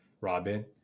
Robin